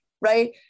right